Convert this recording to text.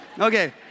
Okay